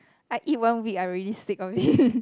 I eat one week I already sick of it